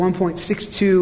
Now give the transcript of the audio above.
$1.62